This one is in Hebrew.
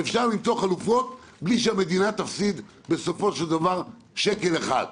ואפשר למצוא חלופות בלי שהמדינה תפסיד בסופו של דבר שקל אחד,